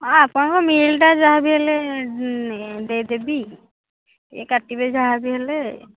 ହଁ ଆପଣଙ୍କ ମିଲ୍ ଟା ଯାହାବି ହେଲେ ଦେଇଦେବି ଏ କାଟିବେ ଯାହାବି ହେଲେ